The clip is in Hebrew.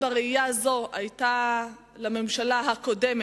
אדוני היושב-ראש, המלך החדש הזה,